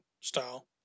style